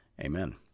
Amen